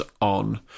on